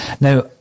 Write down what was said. Now